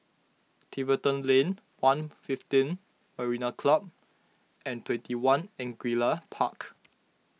Tiverton Lane one fifteen Marina Club and twenty one Angullia Park